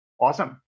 awesome